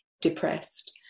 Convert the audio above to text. depressed